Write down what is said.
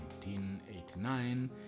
1989